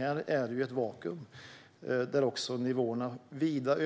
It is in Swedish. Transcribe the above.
Här finns ett vakuum där nivåerna vida